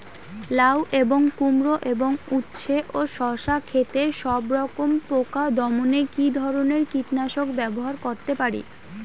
লাউ এবং কুমড়ো এবং উচ্ছে ও শসা ক্ষেতে সবরকম পোকা দমনে কী ধরনের কীটনাশক ব্যবহার করতে পারি?